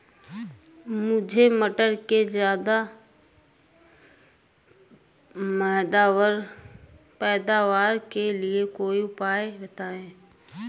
मुझे मटर के ज्यादा पैदावार के लिए कोई उपाय बताए?